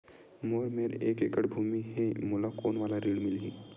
मोर मेर एक एकड़ भुमि हे मोला कोन वाला ऋण मिलही?